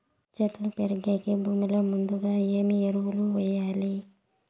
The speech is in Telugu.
చెట్టు పెరిగేకి భూమిలో ముందుగా ఏమి ఎరువులు వేయాలి?